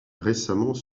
récemment